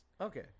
Okay